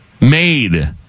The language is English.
made